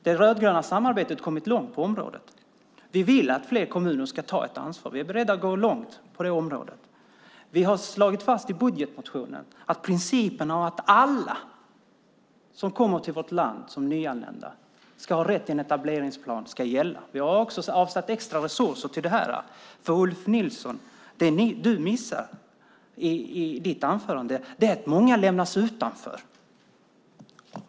Det rödgröna samarbetet har kommit långt på området. Vi vill att fler kommuner ska ta ett ansvar. Vi är beredda att gå långt på det här området. Vi har slagit fast i budgetmotionen att principen om att alla som kommer till vårt land som nyanlända ska ha rätten till en etableringsplan ska gälla. Vi har avsatt extra resurser till det. Det du missar, Ulf Nilsson, i ditt anförande är att många lämnas utanför.